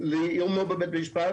ליומו בבית משפט.